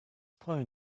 point